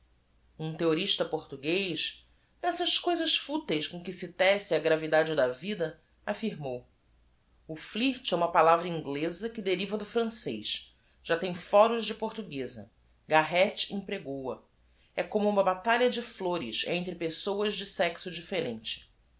um theorista portuguez dessas coisas futeis com que se tece a gravidade da vida affirmou flirt é uma p a l a v r a i n g h z a que d e r i v a do francez á tem fóros de portuguaza arret empregou a como uma b a t a l h a de flores entre pessoas de sexo differente